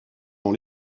dans